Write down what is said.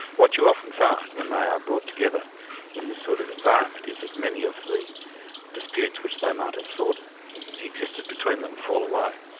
what you often find when they are brought together in this sort of environment is that many of the disputes which they might have thought interested between them, fall away.